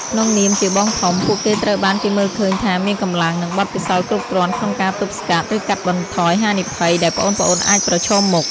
ក្នុងនាមជាបងធំ ពួកគេត្រូវបានគេមើលឃើញថាមានកម្លាំង និងបទពិសោធន៍គ្រប់គ្រាន់ក្នុងការទប់ស្កាត់ ឬកាត់បន្ថយហានិភ័យដែលប្អូនៗអាចប្រឈមមុខ។